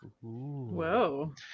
whoa